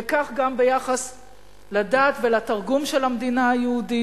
וכך גם ביחס לדת ולתרגום של המדינה היהודית.